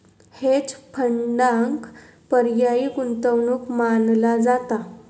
hedge फंडांक पर्यायी गुंतवणूक मानला जाता